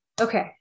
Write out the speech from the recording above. okay